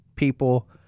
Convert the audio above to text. people